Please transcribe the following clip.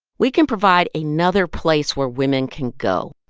we can provide a another place where women can go.